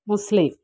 muslim